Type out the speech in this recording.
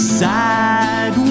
sad